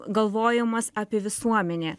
galvojimas apie visuomenę